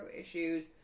issues